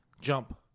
Jump